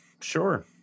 sure